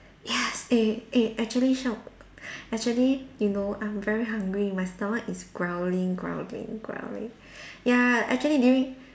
yes eh eh actually actually you know I'm very hungry my stomach is growling growling growling ya actually during